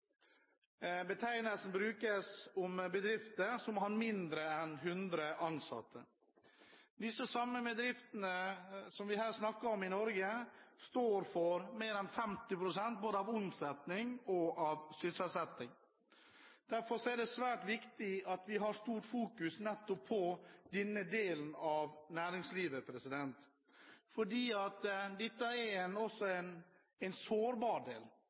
Betegnelsen brukes om bedrifter som har mindre enn 100 ansatte. De samme bedriftene som vi her snakker om, står for mer enn 50 pst. av omsetningen og sysselsettingen i Norge. Derfor er det svært viktig at vi fokuserer mye nettopp på denne delen av næringslivet, for dette er også en